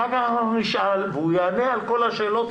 אחר כך אנחנו נשאל והוא יענה על כל השאלות.